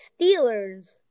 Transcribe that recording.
Steelers